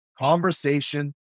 Conversation